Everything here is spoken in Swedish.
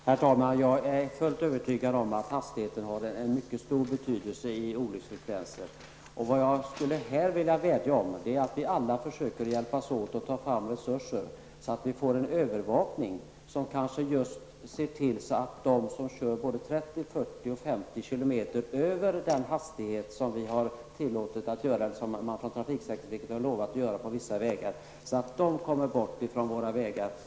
Herr talman! Jag är fullt övertygad om att hastigheten har mycket stor betydelse för olycksfrekvensen. Jag vädjar om att vi alla hjälps åt att få fram resurser så att övervakningen kan bli sådan att de som kör både 30, 40 och 50 km över den tillåtna hastigheten tas bort från våra vägar.